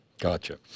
Gotcha